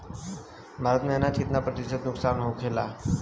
भारत में अनाज कितना प्रतिशत नुकसान होखेला?